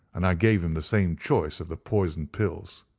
and i gave him the same choice of the poisoned pills.